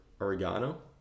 oregano